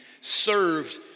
served